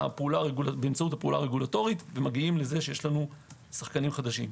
באמצעות הפעולה הרגולטורית ומגיעים לזה שיש לנו שחקנים חדשים.